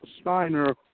Steiner